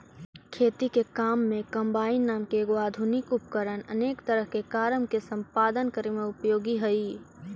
खेती के काम में कम्बाइन नाम के एगो आधुनिक उपकरण अनेक तरह के कारम के सम्पादन करे में उपयोगी हई